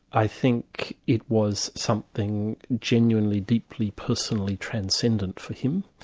i think it was something genuinely, deeply personally transcendent for him.